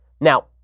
Now